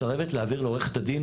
מסרבת להעביר לעורכת הדין,